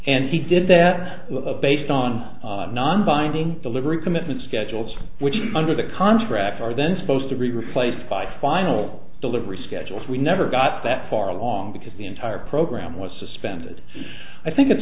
and he did that based on non binding delivery commitment schedules which under the contract are then supposed to be replaced by final delivery schedules we never got that far along because the entire program was suspended i think it's